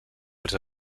als